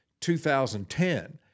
2010